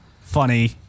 funny